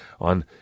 on